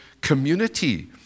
community